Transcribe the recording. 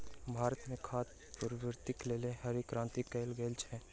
भारत में खाद्य पूर्तिक लेल हरित क्रांति कयल गेल छल